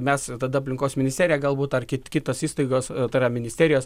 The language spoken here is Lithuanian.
mes tada aplinkos ministerija galbūt ar kitos įstaigos tai yra ministerijos